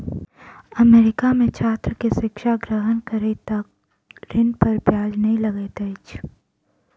America में छात्र के शिक्षा ग्रहण करै तक ऋण पर ब्याज नै लगैत अछि